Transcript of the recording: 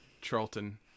Charlton